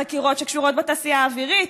חקירות שקשורות בתעשייה האווירית,